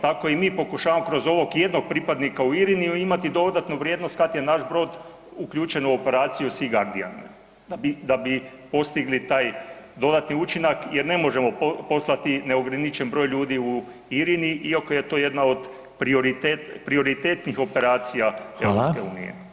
Tako i mi pokušavamo kroz ovog jednog pripadnika u IRINI-u imati dodatnu vrijednost kad je naš brod uključen u operaciju Sea Guardian, da bi postigli taj dodatni učinak jer ne možemo poslati neograničen broj ljudi u IRINI iako je to jedna od prioritetnih operacija EU.